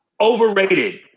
Overrated